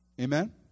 Amen